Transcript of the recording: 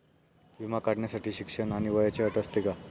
विमा काढण्यासाठी शिक्षण आणि वयाची अट असते का?